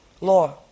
law